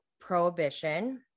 prohibition